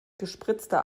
gespritzter